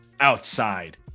outside